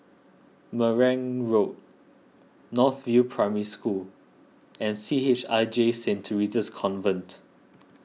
Marang Road North View Primary School and C H I J Saint theresa's Convent